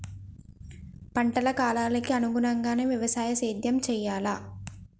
పంటల కాలాలకు అనుగుణంగానే వ్యవసాయ సేద్యం చెయ్యాలా?